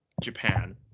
Japan